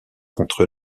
contre